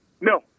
No